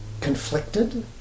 conflicted